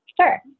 Sure